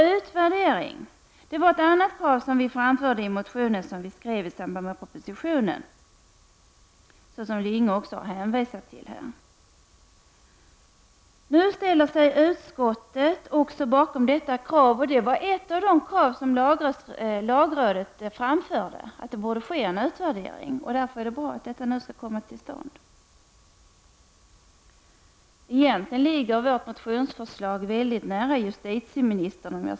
Utvärdering var ett annat krav som vi framförde i den motion som vi väckte i samband med den proposition som lades fram. Nu ställer sig också utskottet bakom detta krav. Även lagrådet ställde krav på att en utvärdering borde göras, och det är alltså bra att en sådan kommer till stånd. Om jag skall vara ärlig kan jag säga att vårt krav egentligen ligger mycket nära justitieministerns.